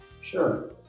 sure